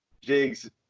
jigs